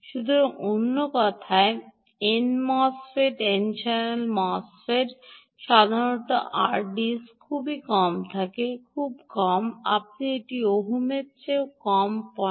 সুতরাং অন্য কথায় এন মোস এন চ্যানেল মোসফেটের সাধারণত আরডিএস খুব কম থাকে খুব কম আপনি একটি ওহমের চেয়ে কম চান